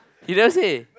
you never say